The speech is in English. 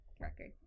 record